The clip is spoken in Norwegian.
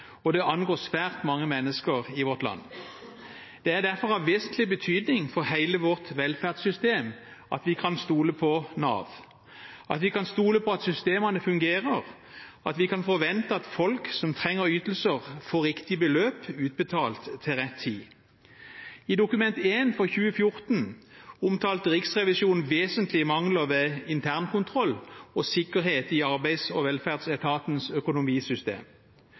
og det angår svært mange mennesker i vårt land. Det er derfor av vesentlig betydning for hele vårt velferdssystem at vi kan stole på Nav, at vi kan stole på at systemene fungerer, og at vi kan forvente at folk som trenger ytelser, får riktig beløp utbetalt til rett tid. I Dokument 1 for 2014 omtalte Riksrevisjonen vesentlige mangler ved internkontroll og sikkerhet i Arbeids- og velferdsetatens økonomisystem.